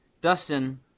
Dustin